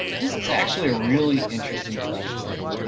this is actually a really interesting question.